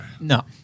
No